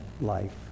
life